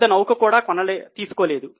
పెద్ద నౌక కూడా తీసుకోలేదు